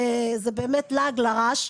זה באמת לעג לרש.